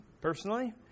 personally